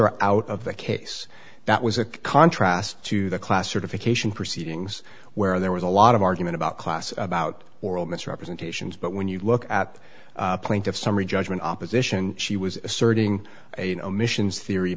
are out of the case that was a contrast to the class certification proceedings where there was a lot of argument about class about oral misrepresentations but when you look at the plaintiff's summary judgment opposition she was asserting a omissions theory